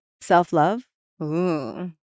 self-love